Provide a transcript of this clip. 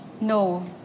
No